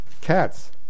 Cats